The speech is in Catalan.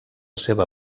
seva